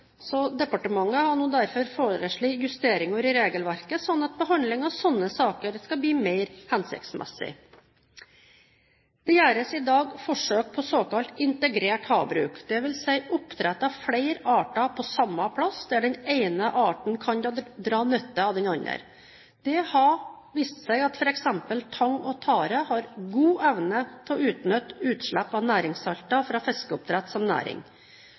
Departementet har nå derfor foreslått justeringer i regelverket, slik at behandlingen av slike saker skal bli mer hensiktsmessig. Det gjøres i dag forsøk på såkalt integrert havbruk, dvs. oppdrett av flere arter på samme sted, hvor den ene arten kan dra nytte av den andre. Det har vist seg at f.eks. tang og tare har god evne til å utnytte utslipp av næringssalter fra fiskeoppdrett som næring.